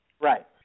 Right